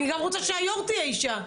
אני גם רוצה שהיו"ר תהיה אישה.